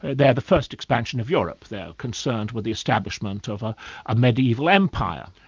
they're the first expansion of europe. they're concerned with the establishment of a ah mediaeval empire.